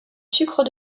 sucre